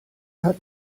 hat